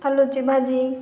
आलूची भाजी